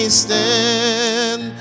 stand